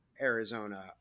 Arizona